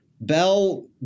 Bell